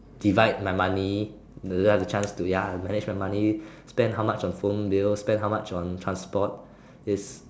divide my money doesn't have the chance to ya manage my money spend how much on phone bill spend how much on transport is